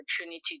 opportunity